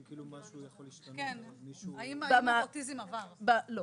האם אבחון אוטיזם --- לא.